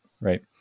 right